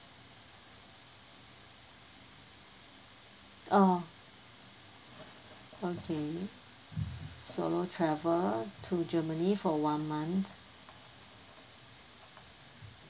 ah okay solo travel to germany for one month